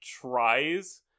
tries